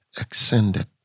extended